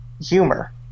humor –